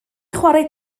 chwarae